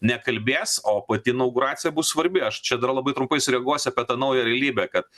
nekalbės o pati inauguracija bus svarbi aš čia dar labai trumpai sureaguosiu apie tą naują realybę kad